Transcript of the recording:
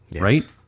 Right